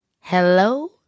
Hello